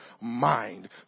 mind